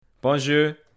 Bonjour